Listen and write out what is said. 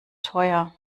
teuer